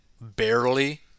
Barely